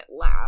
laugh